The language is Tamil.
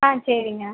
ஆ சரிங்க